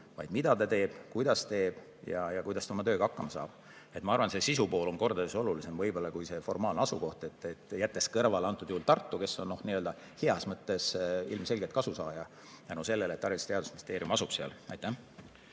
vaid mida ta teeb, kuidas teeb ja kuidas ta oma tööga hakkama saab. Ma arvan, et see sisupool on kordades olulisem kui formaalne asukoht. Jätan kõrvale antud juhul Tartu, kes on heas mõttes ilmselgelt kasusaaja tänu sellele, et Haridus‑ ja Teadusministeerium seal asub. Aitäh,